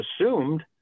assumed